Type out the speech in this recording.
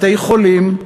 בתי-חולים,